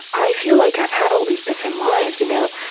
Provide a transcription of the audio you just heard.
i feel like i've had all these different lives. you know